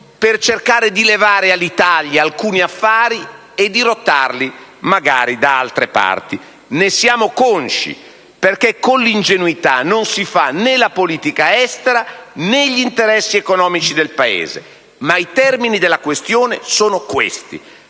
per cercare di levare all'Italia alcuni affari e dirottarli magari da altre parti. Ne siamo consci perché con l'ingenuità non si fa la politica estera né gli interessi economici del Paese. I termini della questione, però, sono questi: